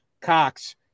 Cox